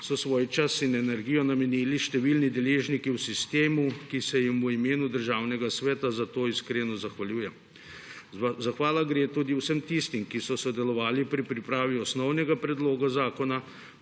so svoj čas in energijo namenili številni deležniki v sistemu, ki se jim v imenu Državnega sveta za to iskreno zahvaljujem. Zahvala gre tudi vsem tistim, ki so sodelovali pri pripravi osnovnega predloga zakona,